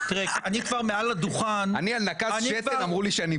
מה זה אומר?